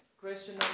question